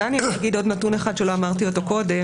אולי אגיד עוד נתון שלא אמרתי קודם.